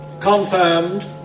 Confirmed